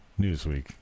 Newsweek